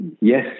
yes